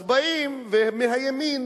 אז באים ומאיימים,